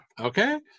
Okay